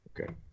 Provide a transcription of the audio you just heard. Okay